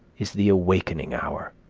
is the awakening hour.